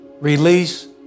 release